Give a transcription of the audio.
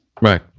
Right